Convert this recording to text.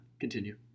Continue